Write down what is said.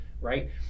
Right